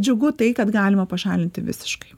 džiugu tai kad galima pašalinti visiškai